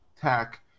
Tech